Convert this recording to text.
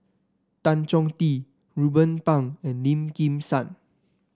Tan Chong Tee Ruben Pang and Lim Kim San